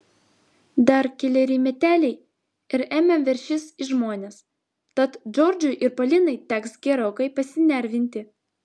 dar keleri meteliai ir ema veršis į žmones tad džordžui ir polinai teks gerokai pasinervinti